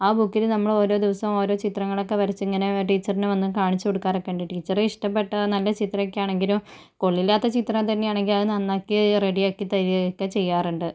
ആ ബുക്കില് നമ്മള് ഓരോ ദിവസവും ഓരോ ചിത്രങ്ങളൊക്കെ വരച്ച് ഇങ്ങനെ ടീച്ചറിനെ വന്ന് കാണിച്ചു കൊടുക്കാറൊക്കെ ഉണ്ട് ടീച്ചറ് ഇഷ്ട്ടപ്പെട്ട നല്ല ചിത്രമൊക്കെ ആണെങ്കിലും കൊള്ളില്ലാത്ത ചിത്രം തന്നെയാണെങ്കിൽ അത് നന്നാക്കി റെഡിയാക്കി തരികയും ഒക്കെ ചെയ്യാറുണ്ട്